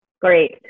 Great